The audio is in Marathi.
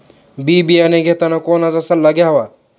बी बियाणे घेताना कोणाचा सल्ला घ्यावा?